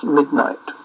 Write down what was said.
midnight